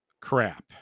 crap